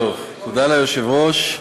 תודה ליושב-ראש.